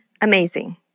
amazing